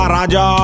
Raja